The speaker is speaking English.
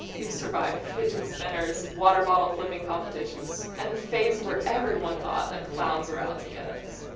you have survived fidget spinners, water bottle flipping competitions, and the phase where everyone thought that clowns were out to get us.